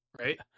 right